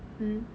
hmm